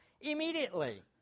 immediately